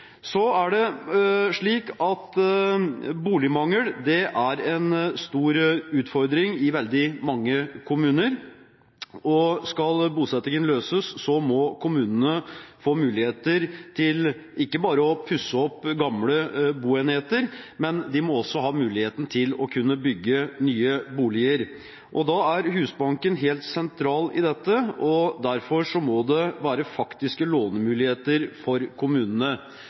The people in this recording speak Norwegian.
Boligmangel er en stor utfordring i veldig mange kommuner, og skal bosettingen løses, må kommunene få muligheter til ikke bare å pusse opp gamle boenheter, de må også ha muligheten til å kunne bygge nye boliger. Da er Husbanken helt sentral, og derfor må det være faktiske lånemuligheter for kommunene.